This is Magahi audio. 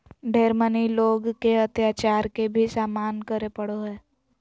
ढेर मनी लोग के अत्याचार के भी सामना करे पड़ो हय